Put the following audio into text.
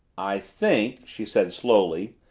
i think, she said slowly,